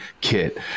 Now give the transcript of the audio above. Kit